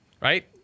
Right